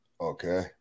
Okay